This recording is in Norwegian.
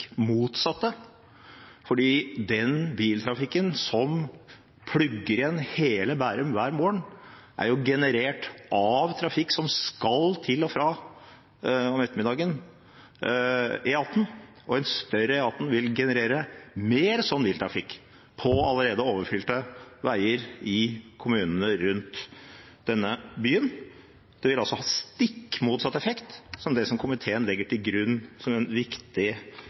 motsatte. Den biltrafikken som plugger igjen hele Bærum hver morgen, er generert av trafikk som skal til – og fra om ettermiddagen – E18, og en større E18 vil generere mer sånn biltrafikk på allerede overfylte veier i kommunene rundt denne byen. Det vil altså ha stikk motsatt effekt av det komiteen har som en viktig